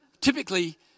typically